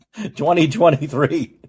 2023